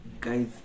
guys